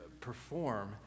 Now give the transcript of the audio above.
perform